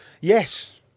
Yes